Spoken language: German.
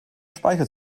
speicher